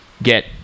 Get